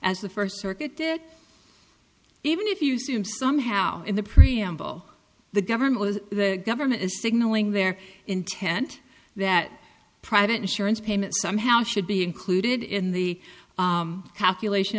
as the first circuited even if you see him somehow in the preamble the government is the government is signaling their intent that private insurance payment somehow should be included in the calculation